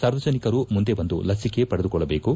ಸಾರ್ವಜನಿಕರು ಮುಂದೆ ಬಂದು ಲಸಿಕೆ ಪಡೆದುಕೊಳ್ಳಬೇಕು